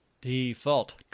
Default